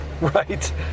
Right